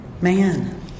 man